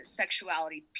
sexuality